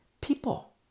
people